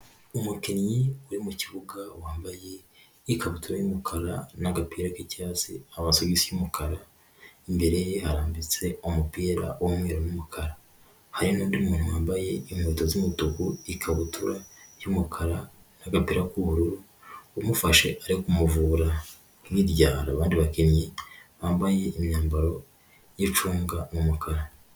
Umukinnyi uri mu kibuga wambaye ikabutura y'umukara n'agapira k'icyatsi amasogisi y'umukara imbere ye harambitse umupira w'umweru n'umukara, hari n'undi muntu wambaye inkweto z'umutuku, ikabutura y'umukara n'agapira k'ubururu umufashe ari kumuvura, hirya hari abandi bakinnyi bambaye imyambaro y'icunga n'umukara.